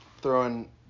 throwing